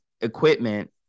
equipment